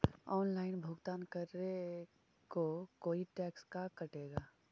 Online भुगतान करे को कोई टैक्स का कटेगा?